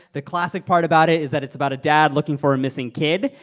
the classic part about it is that it's about a dad looking for a missing kid.